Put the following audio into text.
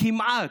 כמעט,